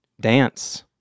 dance